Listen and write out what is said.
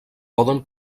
poden